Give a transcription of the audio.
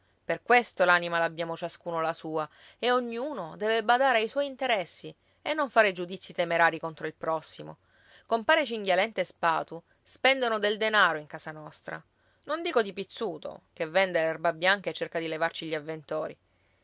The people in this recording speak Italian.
per questo l'anima l'abbiamo ciascuno la sua e ognuno deve badare ai suoi interessi e non fare giudizi temerari contro il prossimo compare cinghialenta e spatu spendono del denaro in casa nostra non dico di pizzuto che vende l'erbabianca e cerca di levarci gli avventori